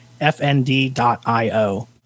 FND.io